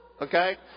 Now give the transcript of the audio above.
Okay